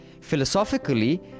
Philosophically